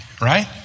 Right